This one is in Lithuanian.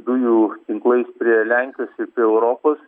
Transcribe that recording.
dujų tinklais prie lenkijos ir prie europos